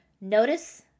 Notice